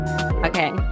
Okay